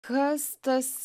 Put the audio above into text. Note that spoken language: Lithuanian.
kas tas